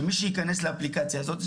שמי שייכנס לאפליקציה הזאת,